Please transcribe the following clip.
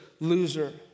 loser